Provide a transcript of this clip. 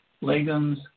legumes